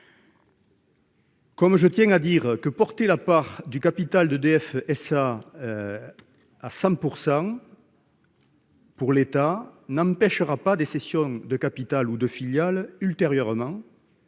Comme je tiens à dire que porter la part du capital d'EDF SA. À 100%. Pour l'État n'empêchera pas des cessions de capital ou de filiales ultérieurement.